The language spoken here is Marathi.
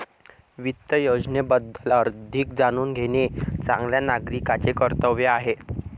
वित्त योजनेबद्दल अधिक जाणून घेणे चांगल्या नागरिकाचे कर्तव्य आहे